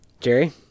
jerry